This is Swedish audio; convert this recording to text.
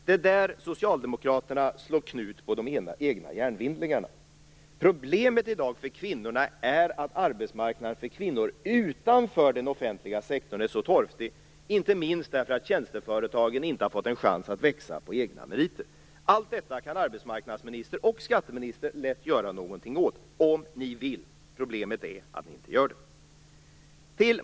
Det är där socialdemokraterna slår knut på de egna hjärnvindlingarna. Problemet i dag för kvinnorna är att arbetsmarknaden för kvinnor utanför den offentliga sektorn är så torftig, inte minst därför att tjänsteföretagen inte har fått en chans att växa på egna meriter. Allt detta kan arbetsmarknadsministern och skatteministern lätt göra någonting åt - om ni vill. Problemet är att ni inte gör det.